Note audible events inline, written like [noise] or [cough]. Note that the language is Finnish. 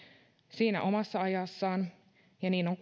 siinä omassa ajassaan ja niin on [unintelligible]